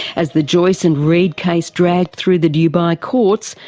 as the joyce and reed case dragged through the dubai courts,